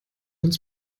uns